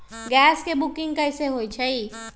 Gas के booking कैसे होईछई?